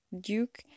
Duke